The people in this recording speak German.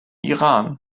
iran